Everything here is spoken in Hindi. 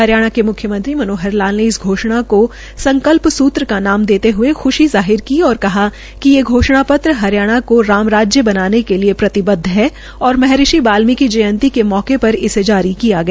हरियाणा के मुख्यमंत्री मनोहर लाल ने इस घोषणा को संकल्प सूत्र का नाम देते हये ख्शी जाहिर की और कहा कि ये घोषणा पत्र हरियाणा को राम राज्य बनाने के लिए प्रतिबद्व है और महर्षि बाल्मीकी जयंती के मौके पर इसे जारी किया गया